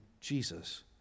Jesus